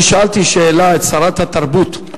אני שאלתי שאלה את שרת התרבות.